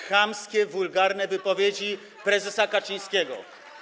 chamskie, wulgarne wypowiedzi prezesa Kaczyńskiego.